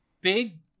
big